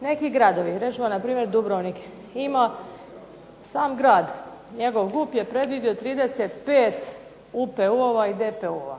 Neki gradovi recimo npr. Dubrovnik ima sam grad njegov GUP je predvidio 35 UPU-ova i DPU-ova.